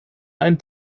ein